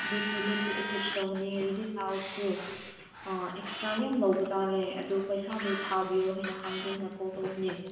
ꯑꯗꯨ ꯇꯣꯏꯂꯦꯠꯇꯨ ꯑꯦꯇꯦꯁ ꯇꯧꯒꯅꯤ ꯍꯥꯏꯔꯗꯤ ꯇꯥꯏꯜꯁꯇꯨ ꯑꯦꯛꯁꯇ꯭ꯔꯥ ꯌꯥꯝ ꯂꯧꯕ ꯇꯥꯔꯦ ꯑꯗꯨ ꯄꯩꯁꯥꯗꯨ ꯊꯥꯕꯤꯌꯣ ꯍꯥꯏꯅ ꯍꯪꯒꯦ ꯍꯥꯏꯅ ꯀꯣꯜ ꯇꯧꯕꯅꯦ